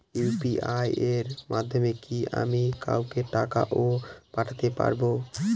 UPI এর মাধ্যমে কি আমি কাউকে টাকা ও পাঠাতে পারবো?